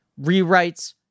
rewrites